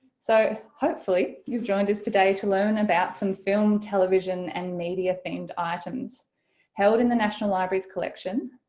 so hopefully you've joined us today to learn about some film, television and media themed items held in the national library's collection,